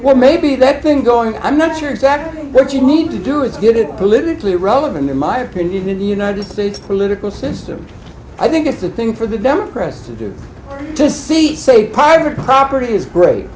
well maybe that thing going i'm not sure exactly what you need to do is get it politically relevant in my opinion in the united states political system i think it's a thing for the democrats to do to see it's a private property is great